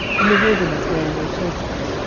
in the wilderness wherein they chased them,